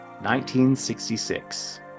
1966